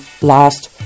last